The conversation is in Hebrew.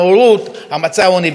המצע האוניברסלי הזה.